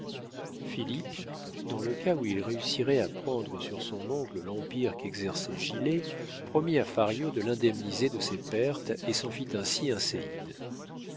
dans le cas où il réussirait à prendre sur son oncle l'empire qu'exerçait gilet promit à fario de l'indemniser de ses pertes et s'en fit ainsi